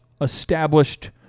established